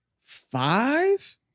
five